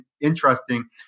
interesting